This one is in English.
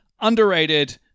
underrated